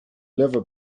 level